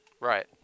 right